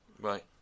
right